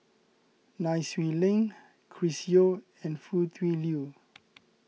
Nai Swee Leng Chris Yeo and Foo Tui Liew